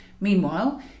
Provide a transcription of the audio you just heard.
Meanwhile